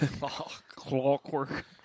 Clockwork